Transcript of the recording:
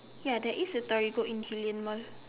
ya there is a Torigo in Gillian Mall